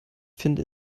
finde